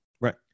right